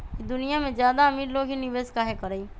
ई दुनिया में ज्यादा अमीर लोग ही निवेस काहे करई?